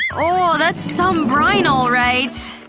oh, that's some brine all right.